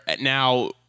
Now